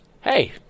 hey